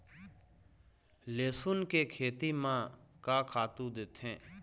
लेसुन के खेती म का खातू देथे?